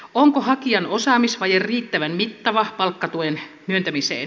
onko hakijan osaamisvaje riittävän mittava palkkatuen myöntämiseen